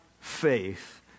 faith